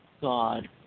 God